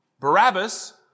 Barabbas